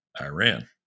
Iran